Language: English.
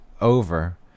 over